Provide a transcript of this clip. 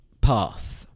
path